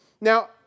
Now